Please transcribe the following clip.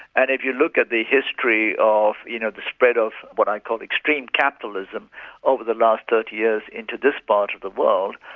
if you look at the history of you know the spread of what i call extreme capitalism over the last thirty years into this part of the world,